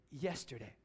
yesterday